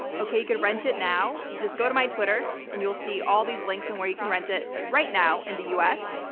okay, you could rent it now. just go to my twitter, and you'll see all these links and where you can rent it right now in the us.